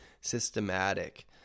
systematic